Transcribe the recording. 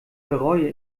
bereue